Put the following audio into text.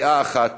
דעה אחת,